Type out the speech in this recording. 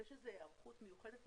יש איזו הערכות מיוחדת?